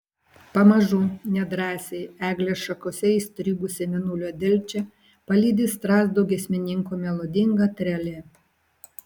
pamažu nedrąsiai eglės šakose įstrigusią mėnulio delčią palydi strazdo giesmininko melodinga trelė